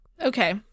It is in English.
Okay